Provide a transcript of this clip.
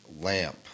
lamp